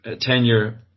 tenure